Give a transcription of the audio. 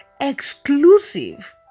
exclusive